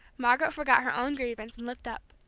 margaret forgot her own grievance, and looked up.